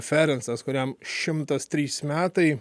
ferensas kuriam šimtas trys metai